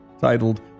titled